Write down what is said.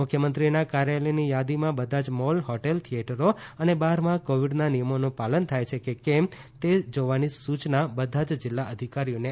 મુખ્યમંત્રીના કાર્યાલયની યાદીમાં બધા જ મોલ હોટેલ થીએટરો તથા બારમાં કોવીડના નિયમોનું પાલન થાય છે કે કેમ તે જોવાની સુચના બધા જ જીલ્લા અધિકારીઓને આપવામાં આવી છે